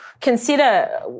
consider